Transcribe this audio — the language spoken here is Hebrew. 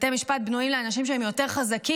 בתי משפט בנויים לאנשים יותר חזקים,